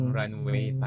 runway